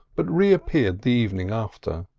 but reappeared the evening after.